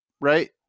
right